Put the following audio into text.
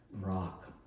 rock